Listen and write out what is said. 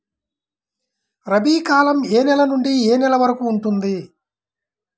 రబీ కాలం ఏ నెల నుండి ఏ నెల వరకు ఉంటుంది?